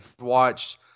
watched